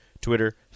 Twitter